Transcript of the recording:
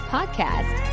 Podcast